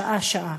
שעה-שעה.